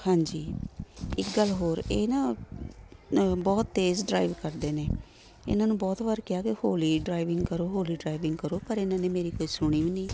ਹਾਂਜੀ ਇੱਕ ਗੱਲ ਹੋਰ ਇਹ ਨਾ ਬਹੁਤ ਤੇਜ਼ ਡਰਾਈਵ ਕਰਦੇ ਨੇ ਇਹਨਾਂ ਨੂੰ ਬਹੁਤ ਵਾਰ ਕਿਹਾ ਕਿ ਹੌਲੀ ਡਰਾਈਵਿੰਗ ਕਰੋ ਹੌਲੀ ਡਰਾਈਵਿੰਗ ਕਰੋ ਪਰ ਇਹਨਾਂ ਨੇ ਮੇਰੀ ਕੋਈ ਸੁਣੀ ਵੀ ਨਹੀਂ